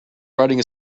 writing